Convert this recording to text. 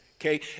Okay